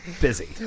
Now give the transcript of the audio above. busy